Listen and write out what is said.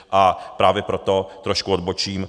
A právě proto trošku odbočím.